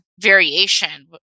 variation